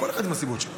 וכל אחד עם הסיבות שלו.